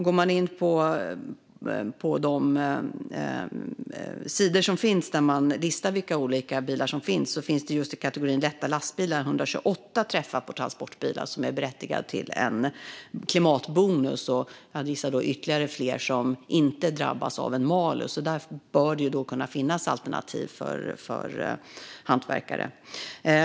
Går man in på de sidor där det listas vilka olika bilar som finns får man i kategorin lätta lastbilar 128 träffar på transportbilar som är berättigade till en klimatbonus. Jag gissar att det är ytterligare fler som inte drabbas av en malus. Där bör det kunna finnas alternativ för hantverkare.